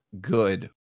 good